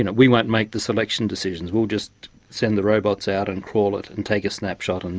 and we won't make the selection decisions, we'll just send the robots out and crawl it and take a snapshot, and